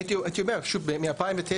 הייתי אומר שוב מ-2009,